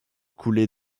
couler